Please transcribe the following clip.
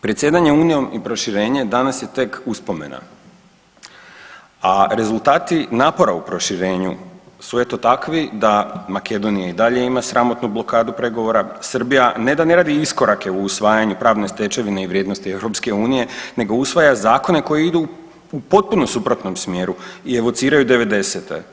Predsjedanje unijom i proširenje danas je tek uspomena, a rezultati napora u proširenju su eto takvi da Makedonija i dalje ima sramotnu blokadu pregovora, Srbija ne da ne radi iskorake u usvajanju pravne stečevine i vrijednosti EU nego usvaja zakone koji idu u potpuno suprotnom smjeru i evociraju '90.-te.